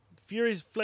Fury's